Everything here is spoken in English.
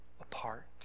apart